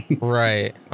Right